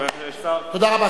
תודה רבה.